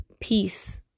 peace